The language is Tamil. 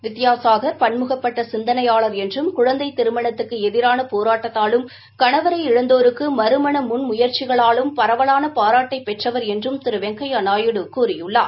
வித்யாசாகா் பன்முகப்பட்ட சிந்தனையாளா் என்றும் குழந்தை திருமணத்துக்கு எதிராள போராட்டத்தாலும் கணவரை இழந்தோருக்கு மறுமண முன் முயற்சிகளாலும் பரவலான பாராட்டைப் பெற்றவர் என்றும் வெங்கையா நாயுடு கூறியுள்ளார்